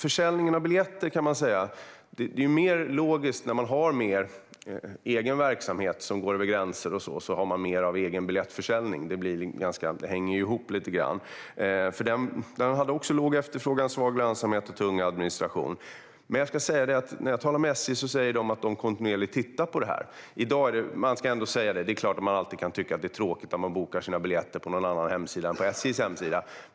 Det är mer logiskt att ha mer egen biljettförsäljning när man har mer egen verksamhet som går över gränser; det hänger ihop. Man hade också låg efterfrågan, svag lönsamhet och tung administration. När jag talar med SJ säger man att man kontinuerligt tittar på detta. Det kan kännas tråkigt att behöva boka sina biljetter på en annan hemsida än SJ:s.